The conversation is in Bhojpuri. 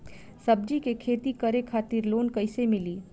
सब्जी के खेती करे खातिर लोन कइसे मिली?